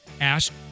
Ask